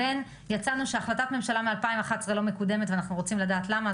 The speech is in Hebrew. יצא שהחלטת ממשלה משנת 2011 לא מקודמת ואנחנו רוצים לדעת למה,